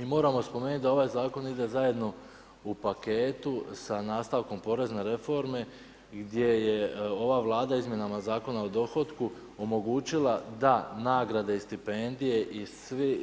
I moramo spomenuti da ovaj zakon ide zajedno u paketu sa nastavkom porezne reforme gdje je ova Vlada Izmjenama zakona o dohotku omogućila da nagrade i stipendije i